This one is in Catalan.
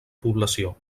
població